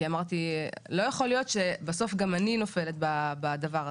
כי אמרתי לא יכול להיות שבסוף גם אני נופלת בדבר הזה.